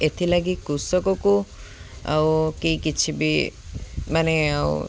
ଏଥିଲାଗି କୃଷକକୁ ଆଉ କେହି କିଛି ବି ମାନେ ଆଉ